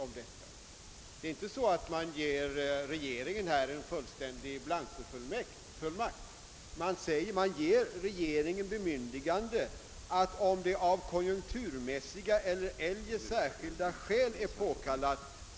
Det är inte så att man här ger regeringen en blankofullmakt, utan regeringen får ett bemyndigande att utnyttja marginalen, om detta av konjunkturmässiga eller eljest särskilda skäl är påkallat.